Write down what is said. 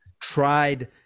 tried